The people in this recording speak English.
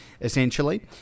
essentially